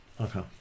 Okay